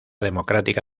democrática